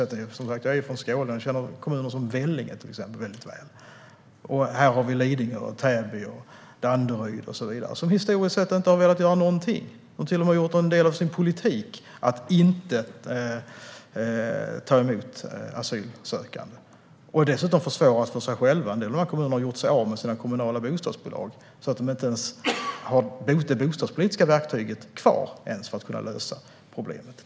Jag är från Skåne och känner kommuner som Vellinge väldigt väl. Här har vi Lidingö, Täby och Danderyd och så vidare, som historiskt sett inte har velat göra någonting. De har till och med gjort det till en del av sin politik att inte ta emot asylsökande. Dessa kommuner har dessutom försvårat för sig själva när de har gjort sig av med sina kommunala bostadsbolag, så att de inte ens har det bostadspolitiska verktyget kvar för att kunna lösa problemet.